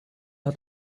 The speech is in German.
hat